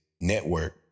network